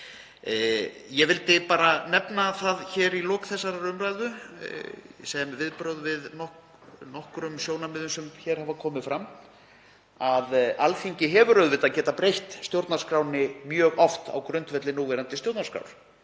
Ég vildi bara nefna það í lok þessarar umræðu, sem viðbrögð við nokkrum sjónarmiðum sem hér hafa komið fram, að Alþingi hefur auðvitað getað breytt stjórnarskránni mjög oft á grundvelli núverandi stjórnarskrár.